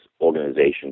organization